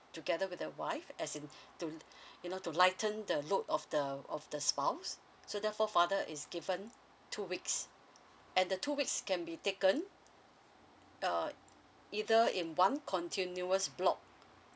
together with their wife as in to you know to lighten the look of the of the spouse so therefore father is given two weeks and the two weeks can be taken err either in one continuous block